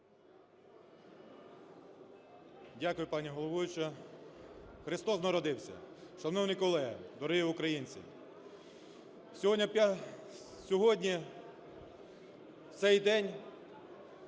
Дякую, пані головуюча. Христос народився! Шановні колеги, дорогі українці! Сьогодні в цей день